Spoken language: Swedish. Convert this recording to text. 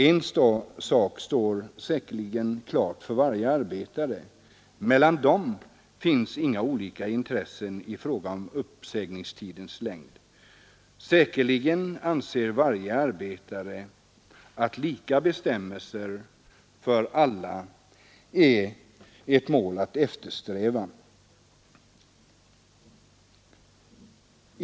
En sak står säkerligen klar för varje arbetare: Mellan dem finns inga olika intressen i fråga om uppsägningstidens längd. Säkerligen anser varje arbetare att lika bestämmelser för alla är att eftersträva.